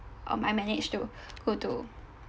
um I managed to go to